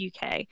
UK